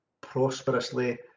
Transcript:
prosperously